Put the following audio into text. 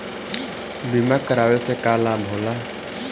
बीमा करावे से का लाभ होला?